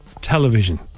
television